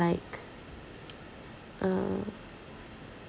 like uh